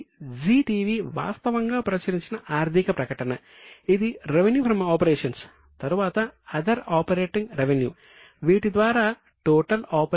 ఇది జీ టీవీ వాస్తవంగా ప్రచురించిన ఆర్థిక ప్రకటన ఇది రెవెన్యూ ఫ్రం ఆపరేషన్స్ లభిస్తుంది